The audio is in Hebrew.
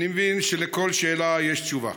אני מבין שעל כל שאלה יש תשובה.